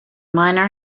miner